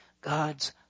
God's